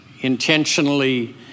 intentionally